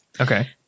Okay